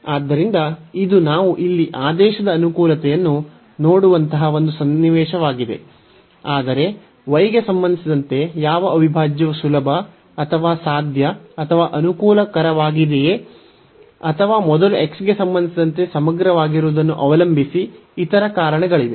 ಆದ್ದರಿಂದ ಇದು ನಾವು ಇಲ್ಲಿ ಆದೇಶದ ಅನುಕೂಲತೆಯನ್ನು ನೋಡುವಂತಹ ಒಂದು ಸನ್ನಿವೇಶವಾಗಿದೆ ಆದರೆ y ಗೆ ಸಂಬಂಧಿಸಿದಂತೆ ಯಾವ ಅವಿಭಾಜ್ಯವು ಸುಲಭ ಅಥವಾ ಸಾಧ್ಯ ಅಥವಾ ಅನುಕೂಲಕರವಾಗಿದೆಯೆ ಅಥವಾ ಮೊದಲು x ಗೆ ಸಂಬಂಧಿಸಿದಂತೆ ಸಮಗ್ರವಾಗಿರುವುದನ್ನು ಅವಲಂಬಿಸಿ ಇತರ ಕಾರಣಗಳಿವೆ